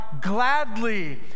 gladly